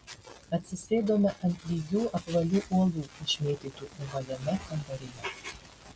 atsisėdome ant lygių apvalių uolų išmėtytų ovaliame kambaryje